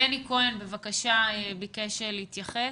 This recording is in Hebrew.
בני כהן ביקש להתייחס.